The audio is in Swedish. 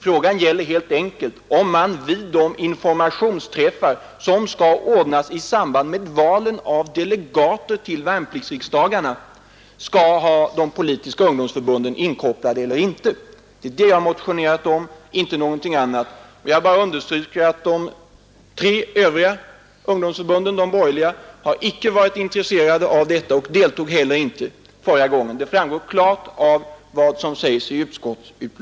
Frågan gäller helt enkelt om man vid de informationsträffar som skall ordnas i samband med valen av delegater till värnpliktsriksdagarna skall ha de politiska ungdomsförbunden inkopplade eller inte. Det är detta jag har motionerat om. Jag understryker att de tre övriga ungdomsförbunden — de borgerliga — icke har varit intresserade av deltagande. Det framgår klart av utskottsbetänkandet.